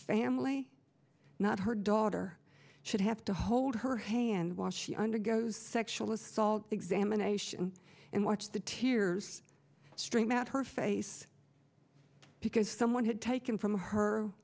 family not her daughter should have to hold her hand wash she undergoes sexual assault examination and watch the tears streaming out her face because someone had taken from her